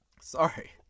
Sorry